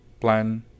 Plan